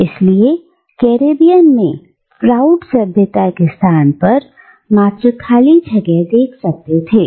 इसलिए कैरेबियन में फ्राउड सभ्यता के स्थान पर मात्र खाली जगह देख सकते थे